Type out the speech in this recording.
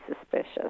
suspicious